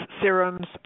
serums